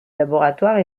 laboratoire